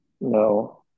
no